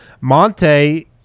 Monte